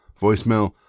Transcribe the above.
voicemail